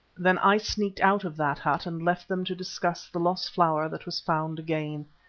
then i sneaked out of that hut and left them to discuss the lost flower that was found again.